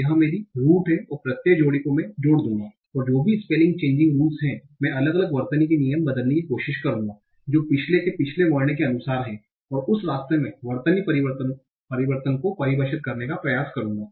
यह मेरी root और प्रत्यय जोड़ी को मैं जोड़ दूंगा और जो भी स्पेलिंग चेंगिंग रुल्स है मैं अलग अलग वर्तनी के नियम बदलने की कोशिश करूंगा जो पिछले के पिछले वर्ण के अनुसार है और उस रास्ते में वर्तनी परिवर्तन को परिभाषित करने का प्रयास करूंगा